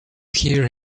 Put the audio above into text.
hear